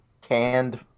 canned